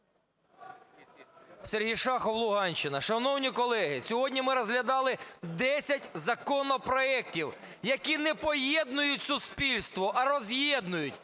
Сергій Шахов, Луганщина. Шановні колеги, сьогодні ми розглядали десять законопроектів, які не поєднують суспільство, а роз'єднують,